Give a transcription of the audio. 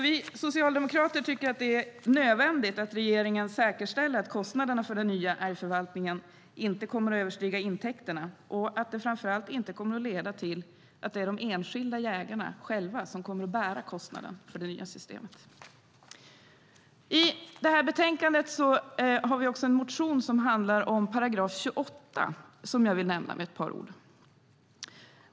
Vi socialdemokrater tycker att det är nödvändigt att regeringen säkerställer att kostnaderna för den nya älgförvaltningen inte kommer att överstiga intäkterna. Framför allt ska det inte få leda till att det är de enskilda jägarna själva som kommer att bära kostnaden för det nya systemet. I betänkandet har vi en motion som handlar om § 28 som jag vill nämna med ett par ord.